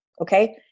Okay